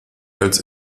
als